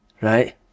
Right